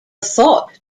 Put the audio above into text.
thought